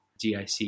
DIC